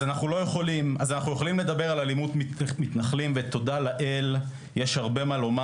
אז אנחנו יכולים לדבר על אלימות מתנחלים ותודה לאל יש הרבה מה לומר.